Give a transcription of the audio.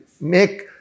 make